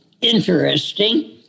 interesting